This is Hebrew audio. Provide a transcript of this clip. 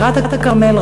טירת-כרמל,